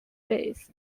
space